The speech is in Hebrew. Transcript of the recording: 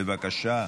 בבקשה,